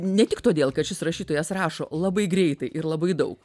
ne tik todėl kad šis rašytojas rašo labai greitai ir labai daug